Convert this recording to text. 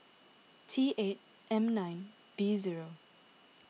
T eight M nine B zero